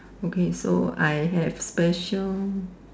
okay so I have special